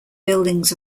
buildings